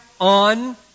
on